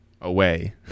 Away